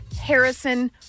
Harrison